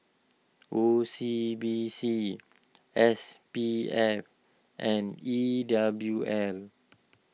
O C B C S P F and E W L